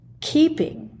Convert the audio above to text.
keeping